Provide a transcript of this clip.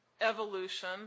evolution